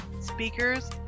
speakers